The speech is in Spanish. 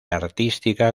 artística